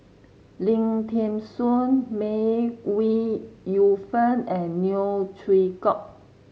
Lim Thean Soo May Ooi Yu Fen and Neo Chwee Kok